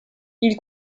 ils